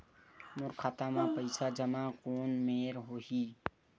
मोर खाता मा पईसा जमा कोन मेर होही?